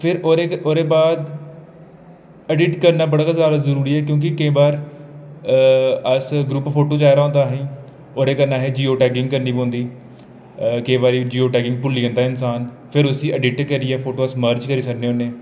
फिर ओह्दे बाद अडिट करना बड़ा गै जादा जरूरी ऐ क्योंकी केईं बार अस ग्रुप फोटो चाहिदा होंदा असेंगी ओह्दे कन्नै अहेंई जियो टैगिंग करनी पौंदी केईं बारी जियो टैगिंग भुल्ली जंदा इन्सान फिर उसी अडिट करियै फोटो अस मर्ज करी सकने होन्ने